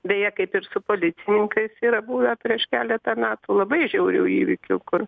beje kaip ir su policininkais yra buvę prieš keletą metų labai žiaurių įvykių kur